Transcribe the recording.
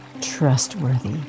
trustworthy